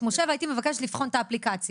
משה והייתי מבקשת לבחון את האפליקציה.